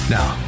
Now